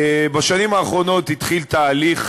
בשנים האחרונות התחיל תהליך